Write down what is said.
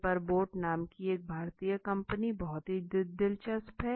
paper boat नाम की एक भारतीय कंपनी बहुत ही दिलचस्प है